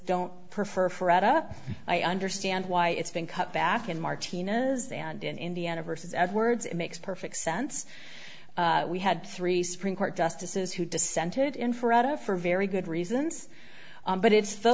don't prefer for add up i understand why it's been cut back in march tina's and in indiana vs edwards it makes perfect sense we had three supreme court justices who dissented infrared out for very good reasons but it's the